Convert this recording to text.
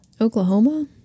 Oklahoma